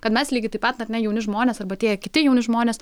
kad mes lygiai taip pat na net jauni žmonės arba tie kiti jauni žmonės